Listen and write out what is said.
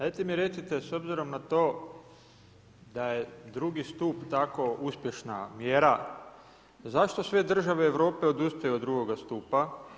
Dajte mi recite s obzirom na to da je drugi stup tako uspješna mjera, zašto sve države Europe odustaju od drugoga stupa?